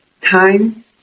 time